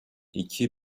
iki